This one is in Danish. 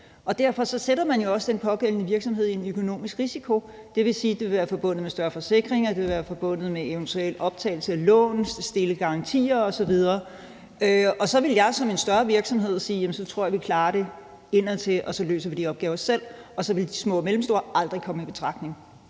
Derfor sætter man jo også den pågældende virksomhed i en økonomisk risiko. Det vil sige, at det vil være forbundet med større forsikringer, og at det vil være forbundet med eventuel optagelse af lån og med at stille garantier osv. Og så ville jeg som en større virksomhed sige: Jamen så tror jeg, at vi klarer det indadtil; så løser vi de opgaver selv. Og så ville de små og mellemstore virksomheder aldrig komme i betragtning.